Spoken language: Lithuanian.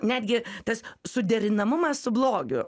netgi tas suderinamumas su blogiu